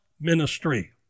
ministry